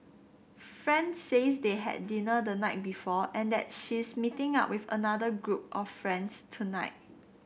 friend says they had dinner the night before and that she's meeting up with another group of friends tonight